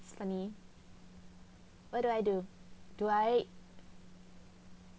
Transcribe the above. funny what do I do do I